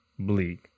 bleak